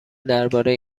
درباره